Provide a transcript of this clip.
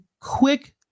quick